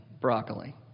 broccoli